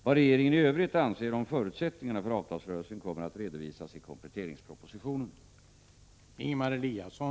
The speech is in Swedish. Vad regeringen i övrigt anser om förutsättningarna för avtalsrörelsen kommer att redovisas i kompletteringspropositionen.